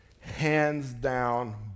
hands-down